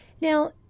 Now